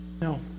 No